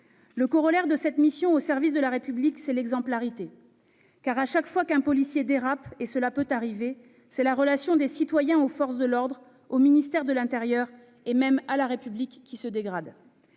Le corollaire de cette mission au service de la République, c'est l'exemplarité : chaque fois qu'un policier dérape- cela peut arriver -, c'est la relation des citoyens aux forces de l'ordre, au ministère de l'intérieur et même à la République qui se dégrade.